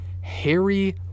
Harry